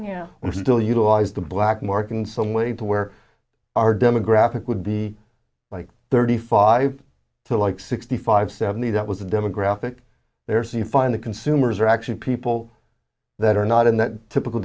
yeah we're still utilize the black market in some way to where our demographic would be like thirty five to like sixty five seventy that was a demographic there so you find that consumers are actually people that are not in that typical